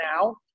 now